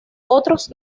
otros